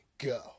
Go